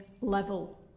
level